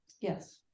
Yes